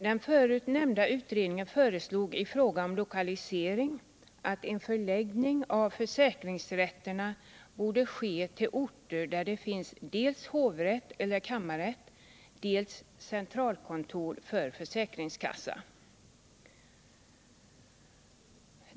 Den förut nämnda utredningen föreslog att en förläggning av försäkringsrätterna borde ske till orter där det finns dels hovrätt eller kammarrätt, dels centralkontor för försäkringskassa.